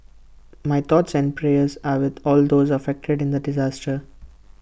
my thoughts and prayers are with all those affected in the disaster